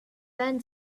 then